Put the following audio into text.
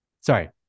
Sorry